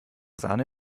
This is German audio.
sahne